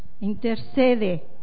intercede